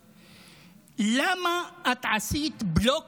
(חוזר על דבריו בערבית.) למה את עשית בלוק